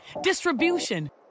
distribution